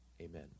Amen